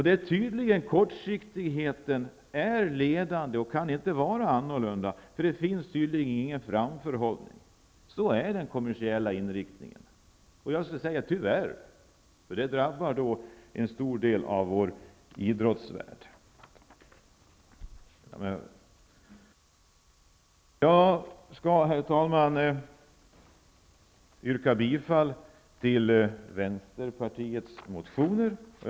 Där är kortsiktigheten ledande. Det kan inte vara annorlunda, eftersom det tydligen inte finns någon framförhållning. Så är den kommersiella inriktningen, tyvärr. Det drabbar en stor del av vår idrottsvärld. Herr talman! Jag yrkar bifall till vänsterpartiets motioner.